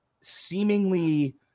seemingly